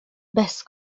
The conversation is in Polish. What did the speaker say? bez